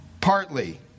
partly